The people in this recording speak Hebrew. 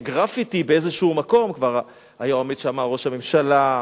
גרפיטי באיזשהו מקום כבר היה עומד שם ראש הממשלה,